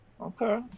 Okay